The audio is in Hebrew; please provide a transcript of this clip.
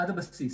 עד לבסיס.